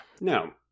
no